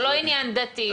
זה לא עניין דתי.